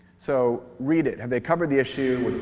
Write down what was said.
so read it. have they covered the issue?